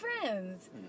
friends